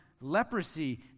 leprosy